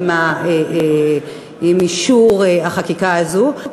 עם אישור החקיקה הזאת.